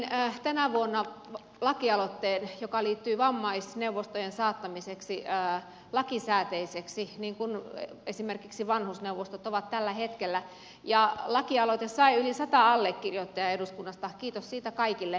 tein tänä vuonna lakialoitteen joka liittyy vammaisneuvostojen saattamiseksi lakisääteisiksi niin kuin esimerkiksi vanhusneuvostot ovat tällä hetkellä ja lakialoite sai yli sata allekirjoittajaa eduskunnasta kiitos siitä kaikille